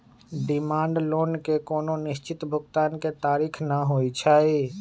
demand loan के कोनो निश्चित भुगतान के तारिख न होइ छइ